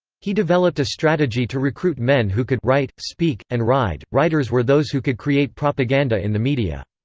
he developed a strategy to recruit men who could write, speak, and ride. writers were those who could create propaganda in the media.